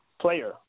player